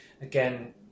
Again